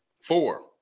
four